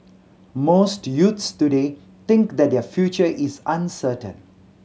most youths today think that their future is uncertain